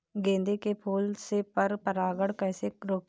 गेंदे के फूल से पर परागण कैसे रोकें?